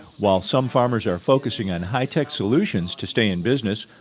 while some farmers are focusing on high-tech solutions to stay in business,